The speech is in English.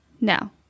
No